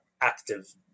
active